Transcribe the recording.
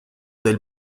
del